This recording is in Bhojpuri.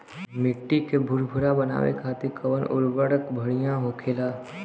मिट्टी के भूरभूरा बनावे खातिर कवन उर्वरक भड़िया होखेला?